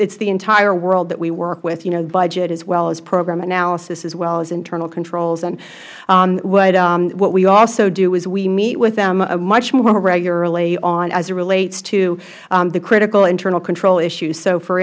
is the entire world that we work with you know budget as well as program analysis as well as internal controls and what we also do is we meet with them much more regularly as it relates to the critical internal control issues so for